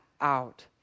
out